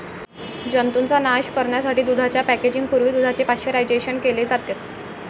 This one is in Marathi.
जंतूंचा नाश करण्यासाठी दुधाच्या पॅकेजिंग पूर्वी दुधाचे पाश्चरायझेशन केले जाते